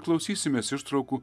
klausysimės ištraukų